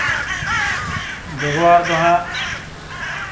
ᱵᱮᱵᱚᱦᱟᱨ ᱫᱚ ᱦᱟᱸᱜ